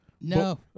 No